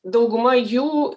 dauguma jų